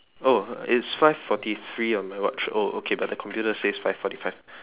oh it's five forty three on my watch oh okay but the computer says five forty five